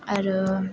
आरो